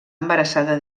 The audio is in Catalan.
embarassada